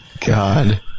God